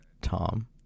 Tom